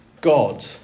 God